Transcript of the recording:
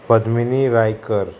Padmini Raikar